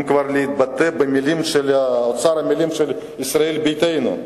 אם כבר להתבטא באוצר המלים של ישראל ביתנו.